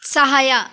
ಸಹಾಯ